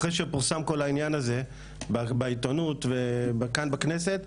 אחרי שפורסם כל העניין הזה בעיתונות וכאן בכנסת,